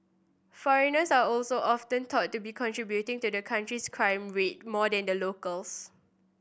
foreigners are also often thought to be contributing to the country's crime rate more than the locals